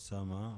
אוסאמה,